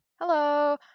Hello